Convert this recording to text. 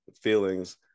feelings